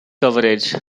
coverage